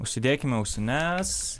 užsidėkime ausines